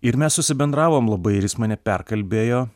ir mes susibendravom labai ir jis mane perkalbėjo